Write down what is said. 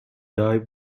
dive